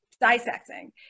dissecting